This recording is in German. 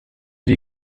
die